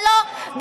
אבל לא בלאומי.